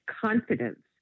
confidence